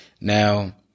Now